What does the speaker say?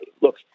look